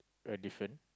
very different